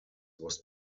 was